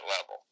level